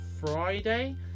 Friday